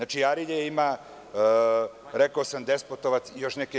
Arilje ima, rekao sam, Despotovac i još neke.